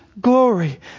glory